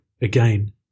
again